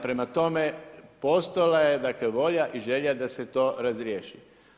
Prema tome, postojala je dakle volja i želja da se to razriješi.